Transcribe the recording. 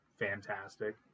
Fantastic